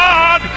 God